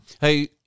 Hey